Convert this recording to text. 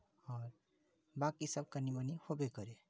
आओर बाँकि सभ कनि मनि होबे करै छै